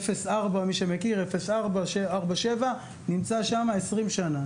04, מי שמכיר 04, 47, נמצא שם 20 שנה.